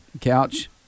couch